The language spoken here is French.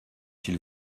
s’il